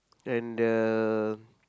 and the